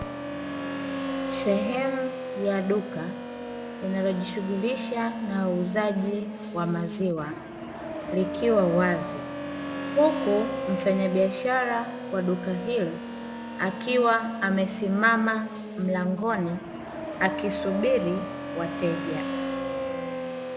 Sehemu ya duka linalojishughulisha na uuzaji wa maziwa likiwa wazi, huku mfanyabiashara wa duka hilo akiwa amesimama mlangoni akisubiri wateja.